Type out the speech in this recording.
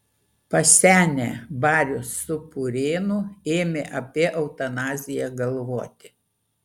pasenę barius su purėnu ėmė apie eutanaziją galvoti